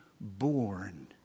born